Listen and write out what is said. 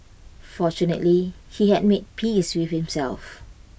fortunately he had made peace with himself